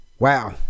wow